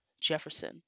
Jefferson